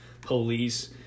police